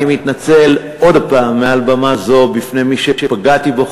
אני מתנצל עוד הפעם מעל במה זו בפני מי שפגעתי בו,